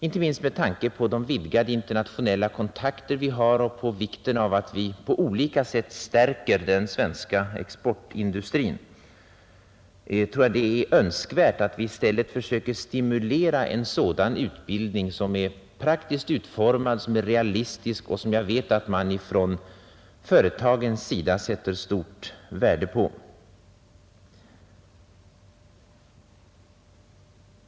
Inte minst med tanke på de vidgade internationella kontakter vi har och på vikten av att vi på olika sätt stärker den svenska exportindustrin tror jag det är önskvärt att vi i stället försöker stimulera en sådan utbildning som är praktiskt utformad, som är realistisk och som jag vet att man från företagens sida sätter stort värde på.